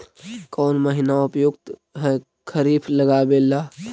कौन महीना उपयुकत है खरिफ लगावे ला?